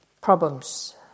problems